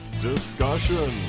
discussion